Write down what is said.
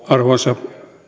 arvoisa